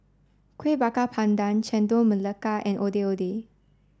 kuih bakar pandan chendol melaka and ondeh ondeh